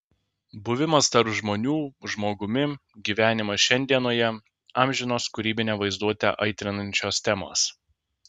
buvimas tarp žmonių žmogumi gyvenimas šiandienoje amžinos kūrybinę vaizduotę aitrinančios temos